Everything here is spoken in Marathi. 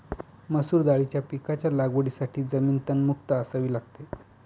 मसूर दाळीच्या पिकाच्या लागवडीसाठी जमीन तणमुक्त असावी लागते